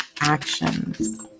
Actions